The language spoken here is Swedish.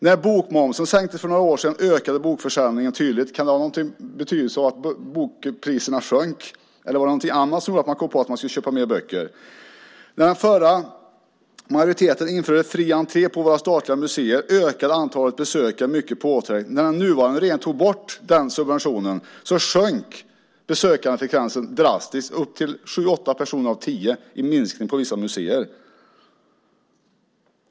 För några år sedan när bokmomsen sänktes ökade bokförsäljningen tydligt. Kan det ha någon betydelse att bokpriserna sjönk, eller var det någonting annat som gjorde att man kom på att man skulle köpa mer böcker? När den förra majoriteten införde fri entré på våra statliga museer ökade antalet besökare mycket påtagligt. Men när den nuvarande regeringen tog bort den subventionen minskade besöksfrekvensen drastiskt. Det blev en minskning med sju åtta personer av tio på vissa museer.